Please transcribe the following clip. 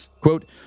quote